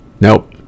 nope